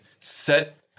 Set